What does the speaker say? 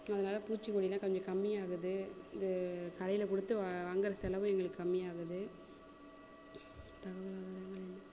அதனால பூச்சிக்கொல்லிலாம் கொஞ்சம் கம்மியாகுது இது கடையில் கொடுத்து வாங்குற செலவும் எங்களுக்கு கம்மியாகுது தகவல்